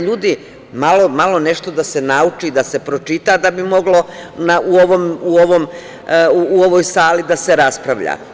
Ljudi, mora nešto da se nauči i da se pročita da bi moglo u ovoj sali da se raspravlja.